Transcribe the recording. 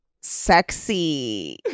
sexy